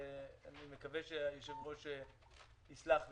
ואני מקווה שהיושב-ראש יסלח לי.